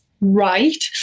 right